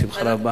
בשמחה רבה.